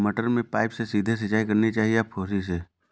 मटर में पाइप से सीधे सिंचाई करनी चाहिए या फुहरी से?